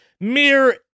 mere